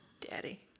Daddy